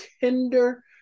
tender